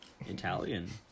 Italian